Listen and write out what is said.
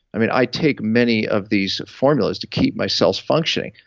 i take many of these formulas to keep my cells functioning.